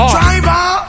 Driver